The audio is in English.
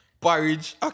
porridge